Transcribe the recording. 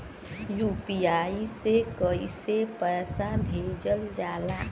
UPI से कइसे पैसा भेजल जाला?